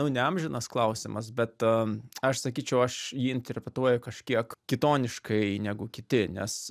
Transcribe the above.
nu ne amžinas klausimas bet aš sakyčiau aš jį interpretuoju kažkiek kitoniškai negu kiti nes